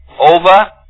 over